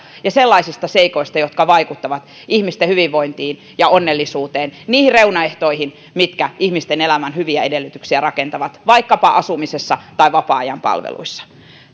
ja sellaisiin seikkoihin jotka vaikuttavat ihmisten hyvinvointiin ja onnellisuuteen niihin reunaehtoihin mitkä ihmisten elämän hyviä edellytyksiä rakentavat vaikkapa asumisessa tai vapaa ajan palveluissa